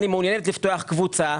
אני מעוניינת לפתוח קבוצה.